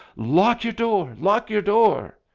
lock your door! lock your door!